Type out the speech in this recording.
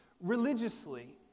religiously